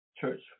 Church